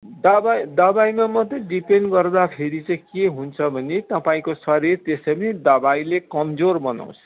दबाई दबाईमा मात्रै डिपेन्ड गर्दाखेरि चाहिँ के हुन्छ भने तपाईँको शरीर त्यसै पनि दबाईले कमजोर बनाउँछ